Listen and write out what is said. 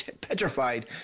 petrified